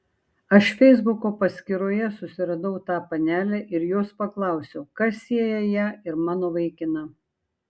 aš feisbuko paskyroje susiradau tą panelę ir jos paklausiau kas sieja ją ir mano vaikiną